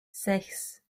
sechs